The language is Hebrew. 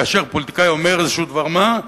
כאשר פוליטיקאי אומר איזשהו דבר מה,